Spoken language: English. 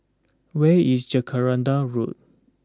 where is Jacaranda Road